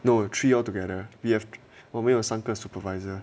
no three altogether we have 我们有三个 supervisor